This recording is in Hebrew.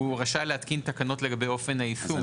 הוא רשאי להתקין תקנות לגבי אופן היישום,